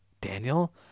Daniel